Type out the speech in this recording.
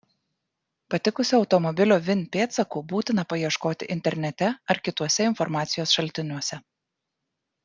patikusio automobilio vin pėdsakų būtina paieškoti internete ar kituose informacijos šaltiniuose